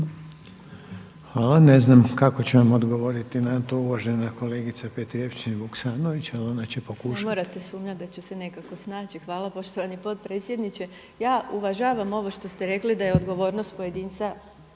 Hvala. Ne znam kako će vam odgovoriti na to uvažena kolegica Petrijevčanin Vuksanović ali ona će pokušati. **Petrijevčanin Vuksanović, Irena (HDZ)** Ne morate sumnjati da ću se nekako snaći. Hvala poštovani potpredsjedniče. Ja uvažavam ovo što ste rekli da je odgovornost pojedinca